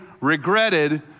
regretted